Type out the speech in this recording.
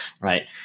Right